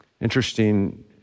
interesting